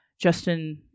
Justin